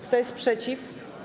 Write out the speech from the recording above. Kto jest przeciw?